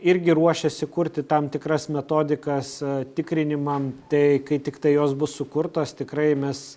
irgi ruošėsi kurti tam tikras metodikas tikrinimam tai kai tiktai jos bus sukurtos tikrai mes